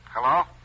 Hello